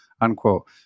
unquote